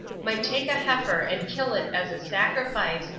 might take a heifer and kill it as a sacrifice,